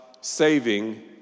saving